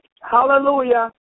Hallelujah